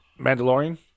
Mandalorian